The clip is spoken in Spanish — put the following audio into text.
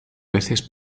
veces